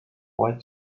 white